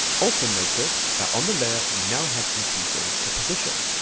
also notice that on the layer we now have some keyframes for position.